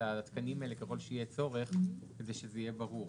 לתקנים האלה ככל שיהיה צורך כדי שזה יהיה ברור.